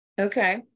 Okay